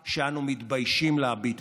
שאנו מתביישים להביט בה.